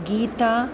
गीता